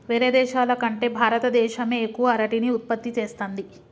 వేరే దేశాల కంటే భారత దేశమే ఎక్కువ అరటిని ఉత్పత్తి చేస్తంది